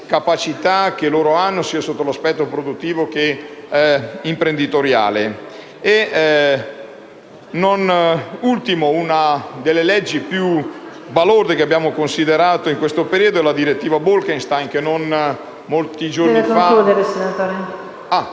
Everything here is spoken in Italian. capacità che hanno sia sotto l'aspetto produttivo, che imprenditoriale. Una delle normative più balorde che abbiamo considerato in questo periodo è la direttiva Bolkestein, che non molti giorni fa